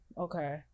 Okay